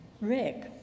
Rick